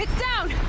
down!